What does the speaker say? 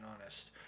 honest